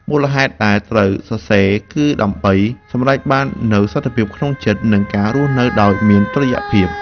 មូលហេតុដែលត្រូវសរសេរគឺដើម្បីសម្រេចបាននូវសន្តិភាពក្នុងចិត្ត និងការរស់នៅដោយមានតុល្យភាព។